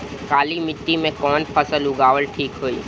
काली मिट्टी में कवन फसल उगावल ठीक होई?